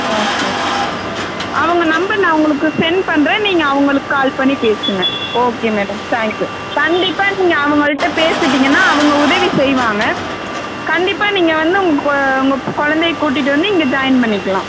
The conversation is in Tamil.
ஓகே ஓகே அவங்க நம்பர் நான் உங்களுக்கு சென்ட் பண்ணுறேன் நீங்கள் அவங்களுக் கால் பண்ணி பேசுங்கள் ஓகே மேடம் தேங்க் யூ கண்டிப்பாக நீங்கள் அவங்கள்கிட்ட பேசிவிட்டிங்கனா அவங்க உதவி செய்வாங்க கண்டிப்பாக நீங்கள் வந்து உங்கள் உங்கள் குழந்தை கூட்டிகிட்டு வந்து இங்கே ஜாய்ன் பண்ணிக்கலாம்